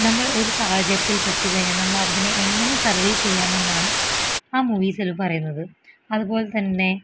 നമ്മൾ ഒരു സാഹചര്യത്തിൽ പെട്ടു കഴിഞ്ഞാൽ നമ്മൾ അതിനെ എങ്ങനെ സർവൈ ചെയ്യാമെന്നാണ് ആ മൂവീസിൽ പറയുന്നത് അതുപോലെ തന്നെ